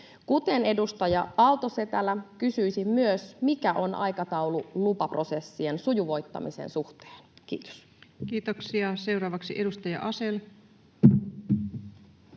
Kuten edustaja Aalto-Setälä, kysyisin myös, mikä on aikataulu lupaprosessien sujuvoittamisen suhteen. — Kiitos. Kiitoksia. — Seuraavaksi edustaja Asell.